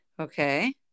Okay